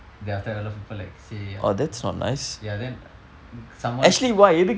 then after that a lot of people like say ya then someone